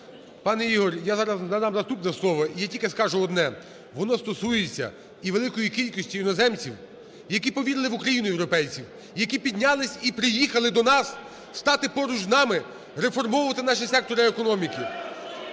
Пане Ігор, я зараз надам наступне слово. Я тільки скажу одне. Воно стосується і великої кількості іноземців, які повірили в Україну, європейців. Які піднялись і приїхали до нас стати поруч з нами, реформовувати наші сектори економіки.